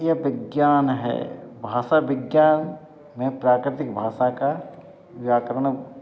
ये विज्ञान है भाषा बिज्ञान में प्राकृतिक भाषा का व्याकरण